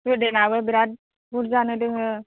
गोदोनाबो बिराद बुरजानो दङ